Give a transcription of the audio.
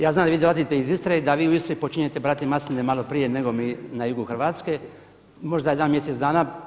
Ja znam da vi dolazite iz Istre i da vi u Istri počinjete brati masline malo prije nego mi na jugu Hrvatske, možda mjesec dana.